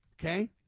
Okay